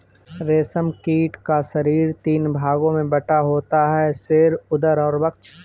रेशम कीट का शरीर तीन भागों में बटा होता है सिर, उदर और वक्ष